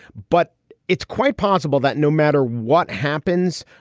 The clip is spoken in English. but it's quite possible that no matter what happens,